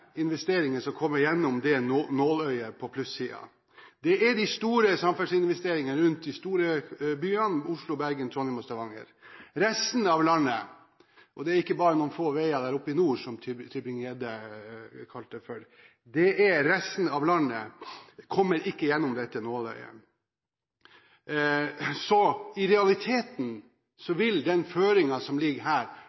nåløyet på plussiden. Det er de store samfunnsinvesteringene rundt de store byene; Oslo, Bergen, Trondheim og Stavanger. Resten av landet – og det er ikke bare noen få veier der oppe i nord, som Tybring-Gjedde kalte det, det er resten av landet – kommer ikke gjennom dette nåløyet. Så i realiteten